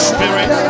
Spirit